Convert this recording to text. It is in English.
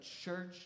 church